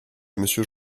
monsieur